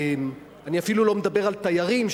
אני אפילו לא מדבר על תיירים,